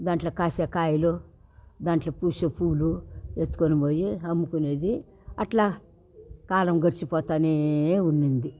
దాంట్లో కాసే కాయలు దాంట్లో పూసే పూలు ఎత్తుకుని పోయి అమ్ముకునేది అట్లా కాలం గడిచిపోతూనే ఉండింది